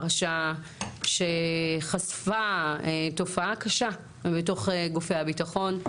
פרשה שחשפה תופעה קשה בתוך גופי הביטחון.